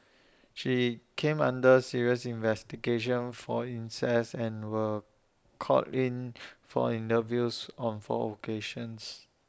she came under serious investigation for incest and were called in for interviews on four occasions